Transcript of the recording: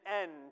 end